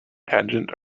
tangent